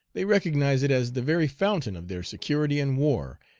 they recognize it as the very fountain of their security in war,